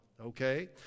Okay